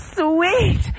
sweet